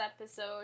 episode